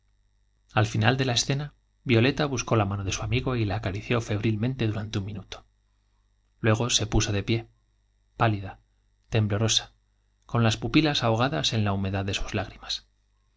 al final de la es cena violeta buscó la mano de su amigo y la acarició febrilmente durante un minuto luego se puso de pie pálida temblorosa con las pupilas ahogadas en la humedad de sus nos vamos lágrimas